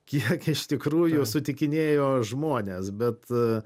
kiek iš tikrųjų sutikinėjo žmonės bet